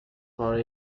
for